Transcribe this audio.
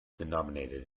denominated